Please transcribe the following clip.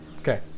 Okay